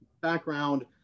background